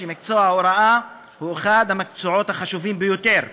שמקצוע ההוראה הוא אחד המקצועות החשובים ביותר.